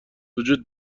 وجود